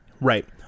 Right